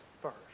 first